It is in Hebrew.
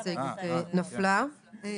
ההסתייגות נפלה.